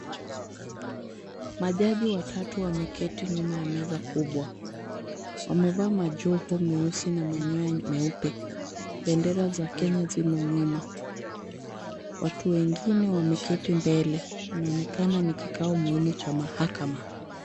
Majaji watatu wameketi nyuma ya meza kubwa. Wamevaa majoho meusi na manyoya meupe. Bendera za Kenya zimo nyuma. Watu wengine wameketi mbele. Inaonekana ni kikao maalum cha mahakama.